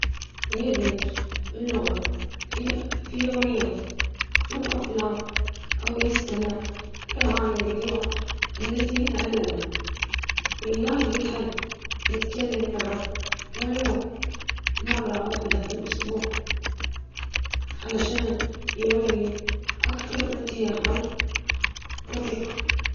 يجرب يشوف أفلام أو يسمع موسيقى باللغة الجديدة، يحمل تطبيقات تعليمية ويتدرب عليها يوميًا، يحاول يتكلم مع ناطقين أصليين ولو بخطوات بسيطة، يخلي تعلم اللغة مرتبط بشيء يحبه.